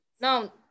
Now